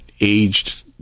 aged